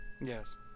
Yes